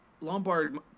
Lombard